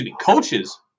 coaches